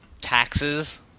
taxes